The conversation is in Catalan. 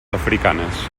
africanes